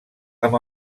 amb